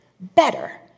better